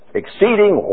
exceeding